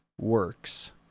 works